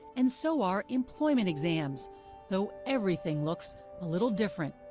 and so are employment exams though everything looks a little different,